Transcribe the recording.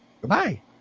goodbye